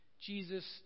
Jesus